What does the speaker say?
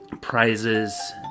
prizes